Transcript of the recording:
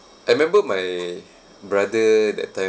I remember my brother that time